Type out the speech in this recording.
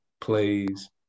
plays